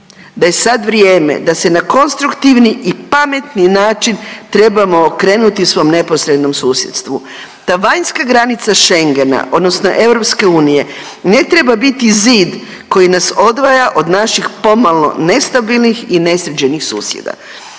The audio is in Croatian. da je sad vrijeme da se na konstruktivni i pametni način trebamo okrenuti svom neposrednom susjedstvu. Ta vanjska granica Schengena odnosno EU ne treba biti zid koji nas odvaja od naših pomalo nestabilnih i nesređenih susjeda.